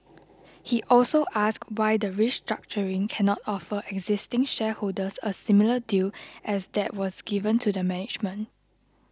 he also asked why the restructuring cannot offer existing shareholders a similar deal as that was given to the management